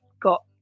got